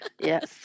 Yes